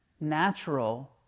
natural